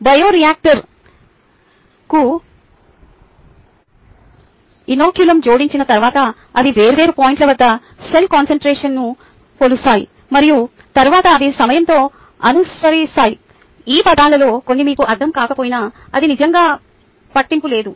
బయోరియాక్టర్కు inoculum జోడించిన తర్వాత అవి వేర్వేరు పాయింట్ల వద్ద సెల్ కాన్సంట్రేషన్ను కొలుస్తాయి మరియు తరువాత అవి సమయంతో అనుసరిస్తాయి ఈ పదాలలో కొన్ని మీకు అర్థం కాకపోయినా అది నిజంగా పట్టింపు లేదు